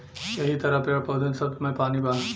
यहि तरह पेड़, पउधन सब मे पानी बा